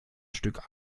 stück